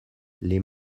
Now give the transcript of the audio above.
les